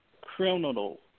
Criminal